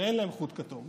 ואין להם חוט כתום,